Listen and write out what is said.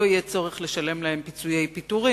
לא יהיה צורך לשלם להם פיצויי פיטורים,